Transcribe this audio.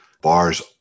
bars